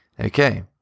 Okay